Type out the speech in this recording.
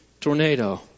tornado